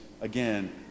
again